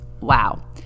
Wow